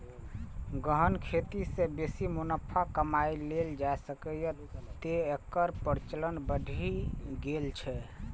गहन खेती सं बेसी मुनाफा कमाएल जा सकैए, तें एकर प्रचलन बढ़ि गेल छै